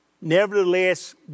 nevertheless